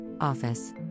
office